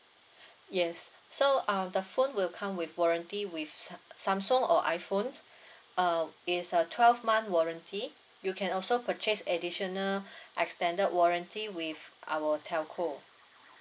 yes so um the phone will come with warranty with sam~ samsung or iphone uh is a twelve month warranty you can also purchase additional extended warranty with our telco